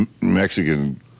Mexican